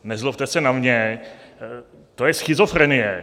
Nezlobte se na mě, to je schizofrenie.